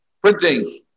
Printing